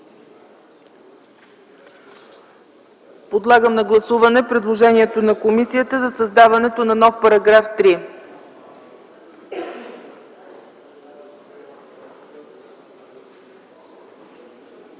Подлагам на гласуване предложението на комисията за създаването на нов § 3.